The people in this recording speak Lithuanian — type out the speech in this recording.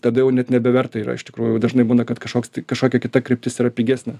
tada jau net nebeverta yra iš tikrųjų dažnai būna kad kažkoks tai kažkokia kita kryptis yra pigesnė